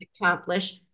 accomplish